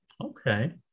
Okay